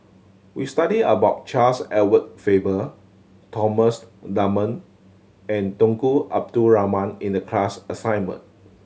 we studied about Charles Edward Faber Thomas Dunman and Tunku Abdul Rahman in the class assignment